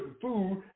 food